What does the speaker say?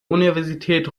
universität